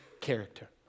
character